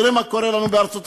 תראה מה קורה לנו בארצות-הברית,